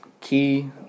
Key